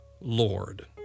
Lord